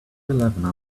eleven